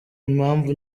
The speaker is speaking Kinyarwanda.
mpamvu